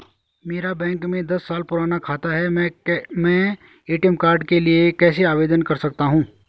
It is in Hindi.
मेरा बैंक में दस साल पुराना खाता है मैं ए.टी.एम कार्ड के लिए कैसे आवेदन कर सकता हूँ?